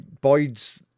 Boyd's